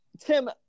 Tim